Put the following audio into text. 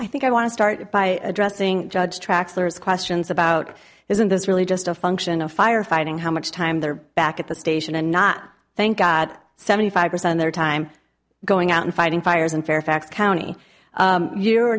think i want to start by addressing judge traxler is questions about isn't this really just a function of firefighting how much time they're back at the station and not thank god seventy five percent of their time going out and fighting fires in fairfax county you are